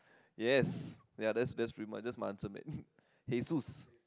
yes ya that's that's pretty much that's my answer man hey Suess